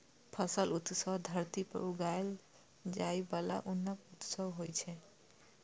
फसल उत्सव धरती पर उगाएल जाइ बला अन्नक उत्सव होइ छै